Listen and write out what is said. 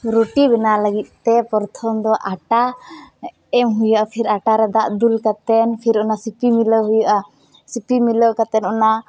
ᱨᱩᱴᱤ ᱵᱮᱱᱟᱣ ᱞᱟ ᱜᱤᱫ ᱛᱮ ᱯᱚᱨᱛᱷᱚᱢ ᱫᱚ ᱟᱴᱟ ᱮᱢ ᱦᱩᱭᱩᱜᱼᱟ ᱯᱷᱤᱨ ᱟᱴᱟᱨᱮ ᱫᱟᱜ ᱫᱩᱞ ᱠᱟᱛᱮᱫ ᱯᱷᱤᱨ ᱚᱱᱟ ᱥᱤᱯᱤ ᱢᱤᱞᱟᱹᱣ ᱦᱩᱭᱩᱩᱜᱼᱟ ᱥᱤᱯᱤ ᱢᱤᱞᱟᱹᱣ ᱠᱟᱛᱮᱫ ᱚᱱᱟ